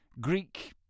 Greek